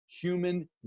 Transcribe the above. human